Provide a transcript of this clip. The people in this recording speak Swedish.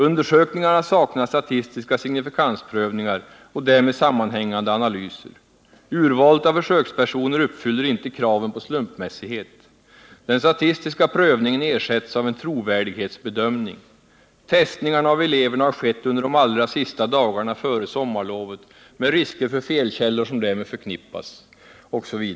Undersökningarna saknar statistiska signifikansprövningar och därmed sammanhängande analyser. Urvalet av försökspersoner uppfyller inte kraven på slumpmässighet. Den statistiska prövningen ersätts av en trovärdighetsbedömning. Testningarna av eleverna har skett under de allra sista dagarna före sommarlovet med risker för felkällor som därmed förknippas etc.